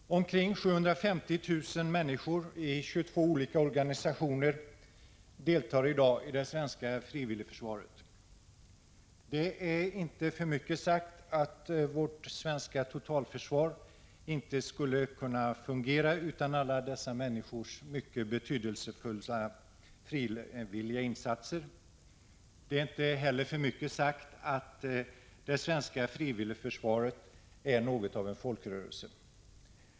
Herr talman! Omkring 750 000 människor i 22 olika organisationer deltar i dag i det svenska frivilligförsvaret. Det är inte för mycket sagt att vårt svenska totalförsvar inte skulle kunna fungera utan alla dessa människors mycket betydelsefulla frivilliga insatser. Det är heller inte för mycket sagt att det svenska frivilligförsvaret är något av en folkrörelse.